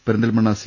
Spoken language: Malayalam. പെരിന്തൽമണ്ണ സി